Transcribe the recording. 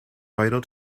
vital